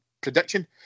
prediction